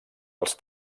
els